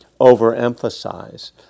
overemphasize